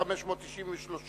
2008 ו-2009?